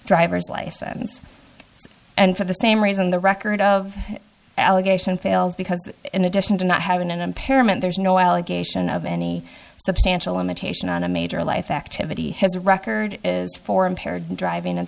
driver's license and for the same reason the record of allegation fails because in addition to not having an impairment there's no allegation of any substantial imitation on a major life activity his record is for impaired driving